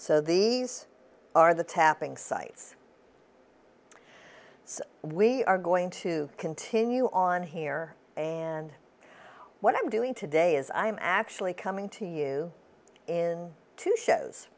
so these are the tapping sites so we are going to continue on here and what i'm doing today is i'm actually coming to you in two shows